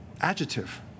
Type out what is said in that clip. adjective